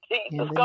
Jesus